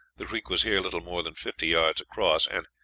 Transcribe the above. the creek was here little more than fifty yards across, and,